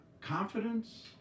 confidence